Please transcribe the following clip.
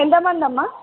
ఎంతమంది అమ్మ